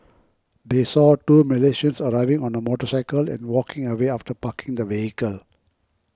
they saw two Malaysians arriving on a motorcycle and walking away after parking the vehicle